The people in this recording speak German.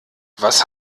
was